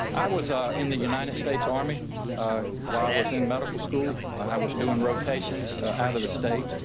i was ah in the united states army while i was in medical school. i was doing rotations out of the state.